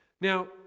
Now